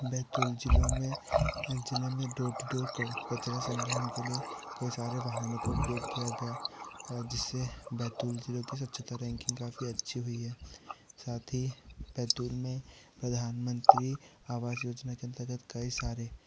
बैतूल जिलों में जिले में डोर टू डोर कचड़ा संग्रहण के लिए कई सारे वाहनों का उपयोग किया गया जिससे बैतूल जिलों की स्वच्छता रैंकिंग काफ़ी अच्छी हुई है साथ ही बैतूल में प्रधानमंत्री आवास योजना अंतर्गत कई सारे